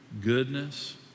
goodness